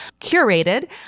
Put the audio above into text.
curated